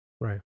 Right